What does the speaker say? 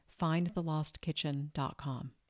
findthelostkitchen.com